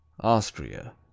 Austria